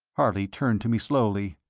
harley turned to me slowly.